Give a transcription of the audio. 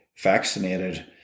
vaccinated